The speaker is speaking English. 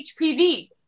HPV